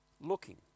looking